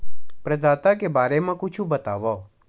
प्रदाता के बारे मा कुछु बतावव?